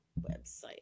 website